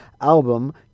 album